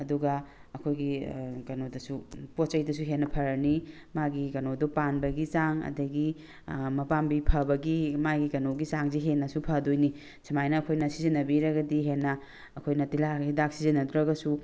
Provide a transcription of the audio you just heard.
ꯑꯗꯨꯒ ꯑꯩꯈꯣꯏꯒꯤ ꯀꯩꯅꯣꯗꯁꯨ ꯄꯣꯠꯆꯩꯗꯁꯨ ꯍꯦꯟꯅ ꯐꯔꯅꯤ ꯃꯥꯒꯤ ꯀꯩꯅꯣꯗꯣ ꯄꯥꯟꯕꯒꯤ ꯆꯥꯡ ꯑꯗꯒꯤ ꯃꯄꯥꯝꯕꯤ ꯐꯕꯒꯤ ꯃꯥꯒꯤ ꯀꯩꯅꯣꯒꯤ ꯆꯥꯡꯁꯦ ꯍꯦꯟꯅꯁꯨ ꯐꯗꯣꯏꯅꯦ ꯁꯨꯃꯥꯏꯅ ꯑꯩꯈꯣꯏꯅ ꯁꯤꯖꯤꯟꯅꯕꯤꯔꯒꯗꯤ ꯍꯦꯟꯅ ꯑꯩꯈꯣꯏꯅ ꯇꯤꯜꯍꯥꯠ ꯍꯤꯗꯥꯛ ꯁꯤꯖꯤꯟꯅꯗ꯭ꯔꯒꯁꯨ